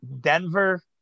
Denver